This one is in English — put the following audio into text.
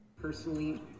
Personally